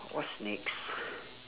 what's next